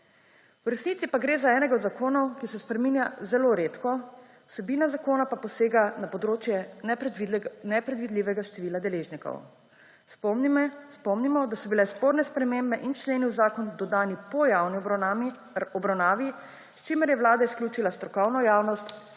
V resnici pa gre za enega od zakonov, ki se spreminja zelo redko, vsebina zakona pa posega na področje nepredvidljivega števila deležnikov. Spomnimo, da so bile sporne spremembe in členi v zakon dodani po javni obravnavi, s čimer je Vlada izključila strokovno javnost